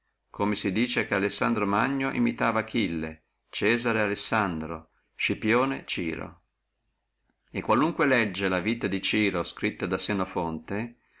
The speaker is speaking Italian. come si dice che alessandro magno imitava achille cesare alessandro scipione ciro e qualunque legge la vita di ciro scritta da senofonte